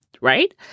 right